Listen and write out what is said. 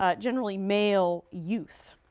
ah generally, male youth.